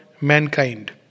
mankind